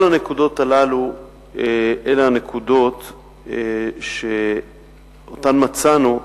כל הנקודות הללו אלה הנקודות שאותן מצאנו,